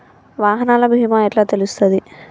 వాహనాల బీమా ఎట్ల తెలుస్తది?